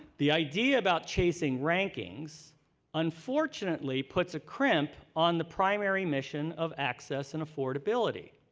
the idea about chasing rankings unfortunately puts a crimp on the primary mission of access and affordability.